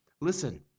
Listen